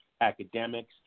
academics